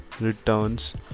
returns